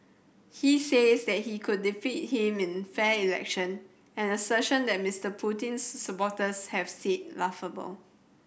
he says they he could defeat him in fair election an assertion that Mister Putin's supporters have said laughable